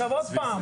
שוב,